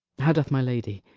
how doth my lady?